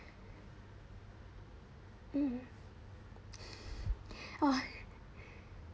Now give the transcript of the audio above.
mm